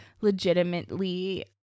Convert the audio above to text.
legitimately